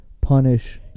punish